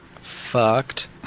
fucked